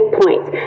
points